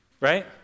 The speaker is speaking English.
right